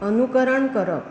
अनुकरण करप